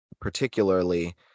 particularly